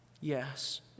Yes